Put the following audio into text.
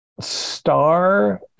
star